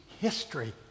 history